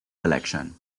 election